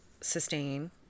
sustain